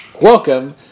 Welcome